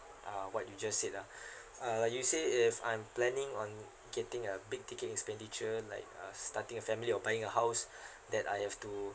uh what you just said lah uh like you say if I'm planning on getting a big ticket expenditure like uh starting a family or buying a house that I have to